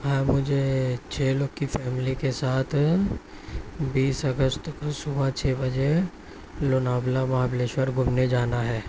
ہاں مجھے چھ لوگ کی فیملی کے ساتھ بیس اگست کو صبح چھ بجے لوناولا مہابلیشور گھومنے جانا ہے